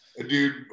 dude